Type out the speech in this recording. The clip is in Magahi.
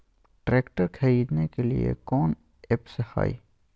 ट्रैक्टर खरीदने के लिए कौन ऐप्स हाय?